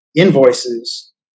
invoices